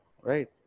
right